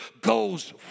goes